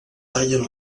tallen